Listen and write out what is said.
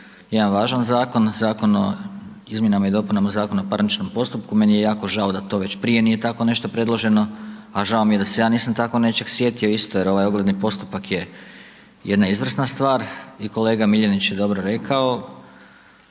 jedan važan zakon, Zakon o izmjenama i dopunama Zakona o parničnom postupku, meni je jako žao da to već prije nije tako nešto predloženo, a žao mi je da se ja nisam tako nečeg sjetio isto jer ovaj ogledni postupak je jedna izvrsna stvar i kolega Miljenić je dobro rekao,